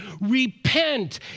repent